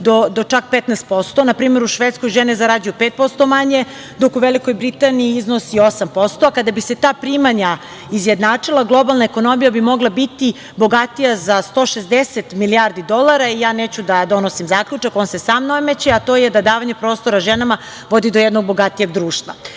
do čak 15%. Na primer u Švedskoj žene zarađuju 5% manje, dok u Velikoj Britaniji iznosi 8%. Kada bi se ta primanja izjednačila globalna ekonomija bi mogla biti bogatija za 160 milijardi dolara. Ja neću da donosim zaključak, on se sam nameće, a to je da davanje prostora ženama vodi do jednog bogatije